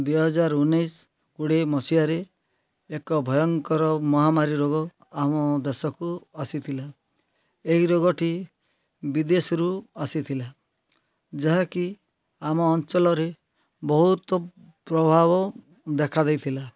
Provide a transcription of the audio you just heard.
ଦୁଇହଜାର ଉନେଇଶି କୋଡ଼ିଏ ମସିହାରେ ଏକ ଭୟଙ୍କର ମହାମାରୀ ରୋଗ ଆମ ଦେଶକୁ ଆସିଥିଲା ଏହି ରୋଗଟି ବିଦେଶରୁ ଆସିଥିଲା ଯାହାକି ଆମ ଅଞ୍ଚଲରେ ବହୁତ ପ୍ରଭାବ ଦେଖା ଦେଇଥିଲା